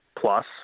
plus